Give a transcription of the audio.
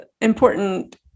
important